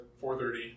4.30